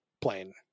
Plane